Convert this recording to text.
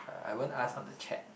I won't ask on the chat